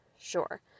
sure